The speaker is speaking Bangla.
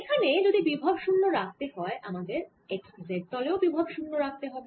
এখানে যদি বিভব শুন্য রাখতে হয় আমাদের x z তলেও বিভব শুন্য রাখতে হবে